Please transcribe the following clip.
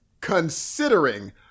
Considering